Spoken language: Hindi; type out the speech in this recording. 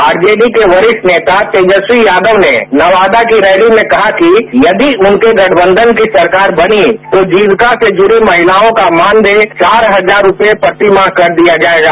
आरजेडी के वरिष्ठ नेता तेजस्वी यादव ने नवादा की रैली में कहा कि यदि उनके गठबंधन की सरकार बनी तो जीविका के लिए पूरी महिलाओं का मानदेय चार हजार रूपये प्रति माह कर दिया जाएगा